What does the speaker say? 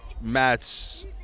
matt's